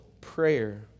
prayer